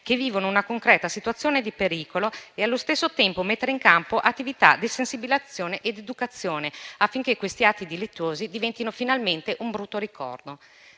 che vivono una concreta situazione di pericolo e allo stesso tempo mettere in campo attività di sensibilizzazione ed educazione, affinché questi atti delittuosi diventino finalmente un brutto ricordo,